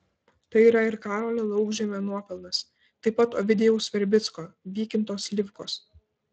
tai yra ir karolio laukžemio nuopelnas taip pat ovidijaus verbicko vykinto slivkos